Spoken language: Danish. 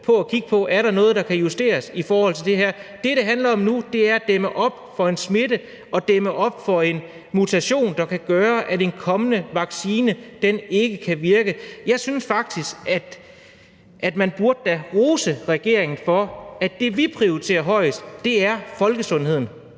for at kigge på, om der er noget, der kan justeres i forhold til det her. Det, det handler om nu, er at dæmme op for en smitte og dæmme op for en mutation, der kan gøre, at en kommende vaccine ikke kan virke. Jeg synes faktisk, at man da burde rose regeringen for, at det, vi prioriterer højest, er folkesundheden.